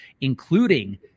including